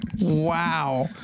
Wow